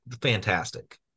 fantastic